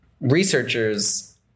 researchers